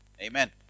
Amen